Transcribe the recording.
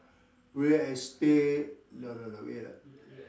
real estate no no no wait ah